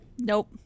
Nope